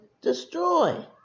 destroy